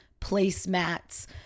placemats